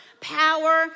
power